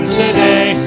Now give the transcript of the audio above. today